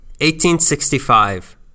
1865